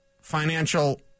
financial